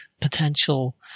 potential